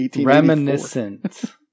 Reminiscent